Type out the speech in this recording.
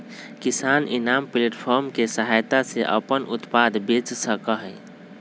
किसान eNAM platform के सहायता से अपन उत्पाद बेच सका हई